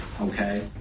okay